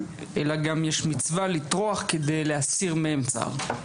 אלא גם יש מצווה לטרוח כדי להסיר מהם צער.